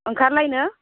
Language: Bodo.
ओंखारलायनो